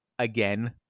again